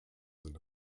sind